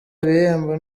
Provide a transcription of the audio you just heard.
bihembo